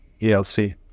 ELC